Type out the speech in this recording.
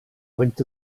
bringt